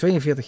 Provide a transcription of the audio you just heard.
42